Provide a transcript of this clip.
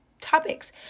topics